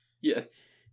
Yes